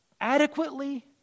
adequately